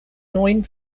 neun